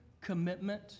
commitment